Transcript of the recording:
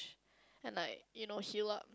and like you know heal up